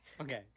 Okay